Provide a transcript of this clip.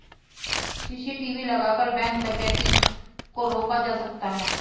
CCTV लगाकर bank डकैती को रोका जा सकता है